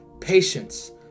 patience